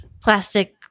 plastic –